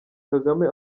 kagame